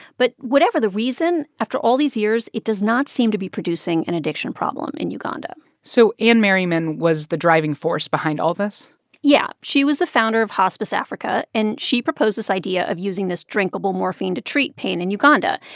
but whatever the reason, after all these years, it does not seem to be producing an addiction problem in uganda so anne merriman was the driving force behind all this yeah. she was the founder of hospice africa, and she proposed this idea of using this drinkable morphine to treat pain in uganda.